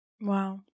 Wow